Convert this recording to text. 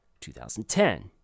2010